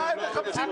מה הם מחפשים כאן?